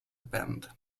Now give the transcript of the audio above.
bend